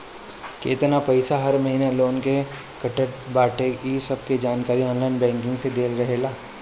केतना पईसा हर महिना लोन के कटत बाटे इ सबके जानकारी ऑनलाइन बैंकिंग में देहल रहेला